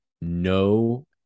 No